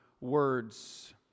words